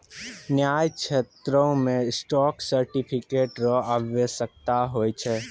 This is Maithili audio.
न्याय क्षेत्रो मे स्टॉक सर्टिफिकेट र आवश्यकता होय छै